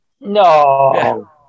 No